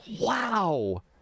wow